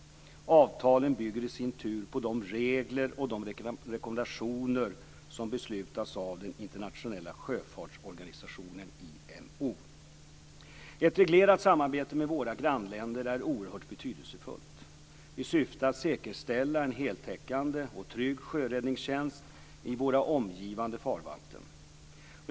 Avtalen bygger i sin tur på de regler och rekommendationer som beslutats av den internationella sjöfartsorganisationen Ett reglerat samarbete med våra grannländer är oerhört betydelsefullt i syfte att säkerställa en heltäckande och trygg sjöräddningstjänst i våra omgivande farvatten.